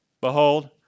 Behold